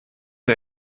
der